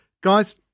Guys